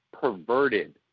perverted